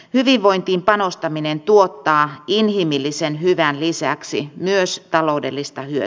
hyvinvointiin panostaminen tuottaa inhimillisen hyvän lisäksi myös taloudellista ja